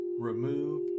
remove